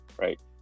right